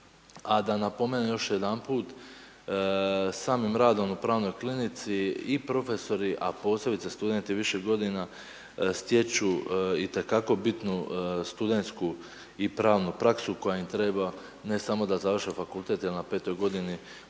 A da napomenem još jedanput, samim radom u pravnoj klinici i profesori a posebice studenti više godina stječu itekako bitnu studentsku i pravnu praksu koja im treba ne samo da završe fakultet jer na 5.-oj godini